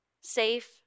safe